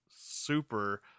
super